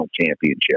championship